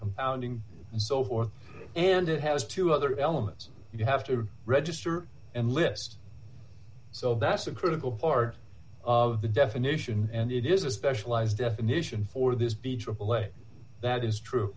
compounding and so forth and it has two other elements you have to register and list so that's a critical part of the definition and it is a specialized definition for this be true that is true